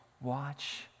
watch